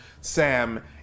Sam